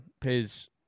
pays